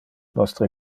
nostre